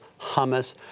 hummus